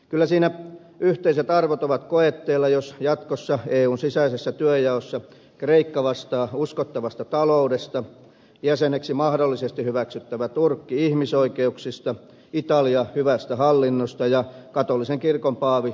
kyllä siinä yhteiset arvot ovat koetteella jos jatkossa eun sisäisessä työnjaossa kreikka vastaa uskottavasta taloudesta jäseneksi mahdollisesti hyväksyttävä turkki ihmisoikeuksista italia hyvästä hallinnosta ja katolisen kirkon paavi suvaitsevaisuudesta